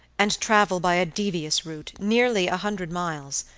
and travel by a devious route, nearly a hundred miles,